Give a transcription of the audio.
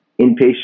inpatient